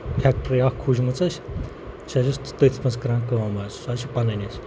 factory اَکھ کھوٗجمٕژ اَسہِ أسۍ حظ چھِ تٔتھۍ منٛز کَران کٲم حظ سۄ حظ چھِ پَنٕنۍ اَسہِ